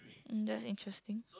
um that's interesting